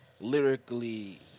lyrically